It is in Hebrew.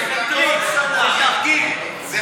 די עם השקר הזה, כל שנה, יש כסף.